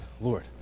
Lord